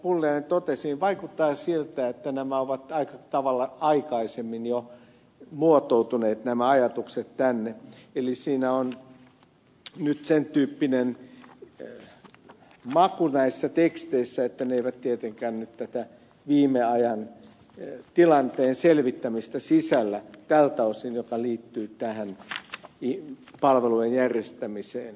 pulliainen totesi vaikuttaa siltä että nämä ajatukset ovat aika tavalla aikaisemmin jo muotoutuneet tänne eli on nyt sen tyyppinen maku näissä teksteissä että ne eivät tietenkään nyt tätä viime ajan tilanteen selvittämistä sisällä joka liittyy tähän palvelujen järjestämiseen